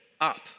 up